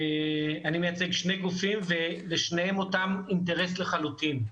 אני מייצג שני גופים ולשניהם אותו אינטרס לחלוטין.